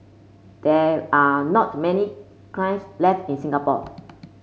there are not many left in Singapore